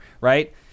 right